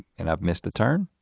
and i've missed a turn.